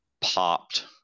popped